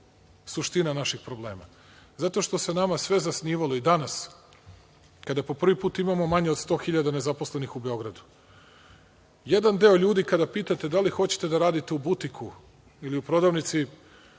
suština naših problema? Zato što se nama sve zasnivalo, a i danas, kada po prvi put imamo manje od 100 hiljada nezaposlenih u Beogradu, jedan deo ljudi kada pitate da li hoće da rade u butiku ili u prodavnici,